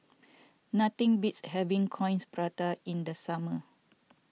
nothing beats having Coins Prata in the summer